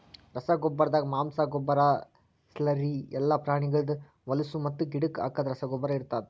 ರಸಗೊಬ್ಬರ್ದಾಗ ಮಾಂಸ, ಗೊಬ್ಬರ, ಸ್ಲರಿ ಎಲ್ಲಾ ಪ್ರಾಣಿಗಳ್ದ್ ಹೊಲುಸು ಮತ್ತು ಗಿಡಕ್ ಹಾಕದ್ ರಸಗೊಬ್ಬರ ಇರ್ತಾದ್